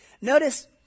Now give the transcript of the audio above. Notice